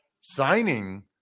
signing